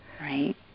right